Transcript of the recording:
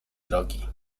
drogi